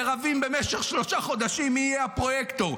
ורבים במשך שלושה חודשים מי יהיה הפרויקטור.